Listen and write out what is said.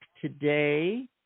today